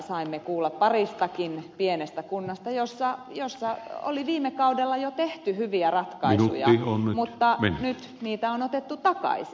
saimme kuulla paristakin pienestä kunnasta joissa oli viime kaudella jo tehty hyviä ratkaisuja mutta nyt niitä on otettu takaisin